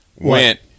went